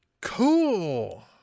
cool